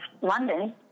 London